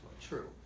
True